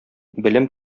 белем